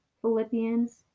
philippians